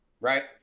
right